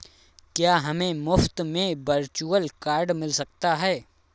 क्या हमें मुफ़्त में वर्चुअल कार्ड मिल सकता है?